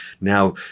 Now